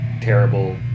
terrible